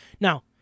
Now